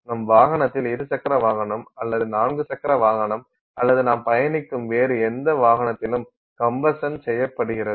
நம் வாகனத்தில் இரு சக்கர வாகனம் அல்லது நான்கு சக்கர வாகனம் அல்லது நாம் பயணிக்கும் வேறு எந்த வாகனத்திலும் கம்பசன் செய்யப்படுகிறது